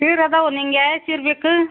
ಸೀರೆ ಅದಾವು ನಿಂಗೆ ಯಾವ್ಯಾವ್ ಸೀರೆ ಬೇಕು